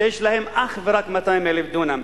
שיש להם אך ורק 200,000 דונם.